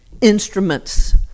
instruments